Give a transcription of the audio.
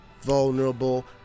vulnerable